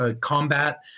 combat